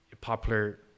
popular